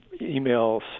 emails